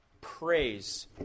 praise